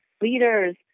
leaders